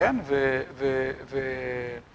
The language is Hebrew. כן, ‫ו...